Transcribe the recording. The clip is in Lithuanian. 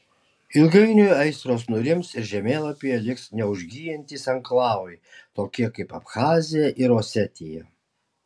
ilgainiui aistros nurims ir žemėlapyje liks neužgyjantys anklavai tokie kaip abchazija ir osetija